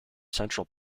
central